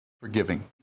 forgiving